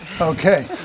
Okay